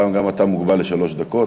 הפעם גם אתה מוגבל לשלוש דקות,